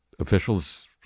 officials